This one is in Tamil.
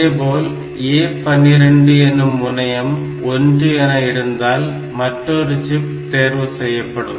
அதுபோல A12 எனும் முனையம் 1 என இருந்தால் மற்றொரு சிப் தேர்வு செய்யப்படும்